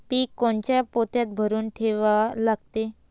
पीक कोनच्या पोत्यात भरून ठेवा लागते?